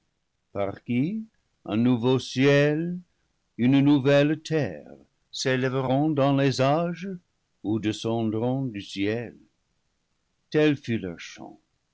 par qui un nouveau ciel une nouvelle terre s'élèveront dans les âges ou descendront du ciel tel fut leur chant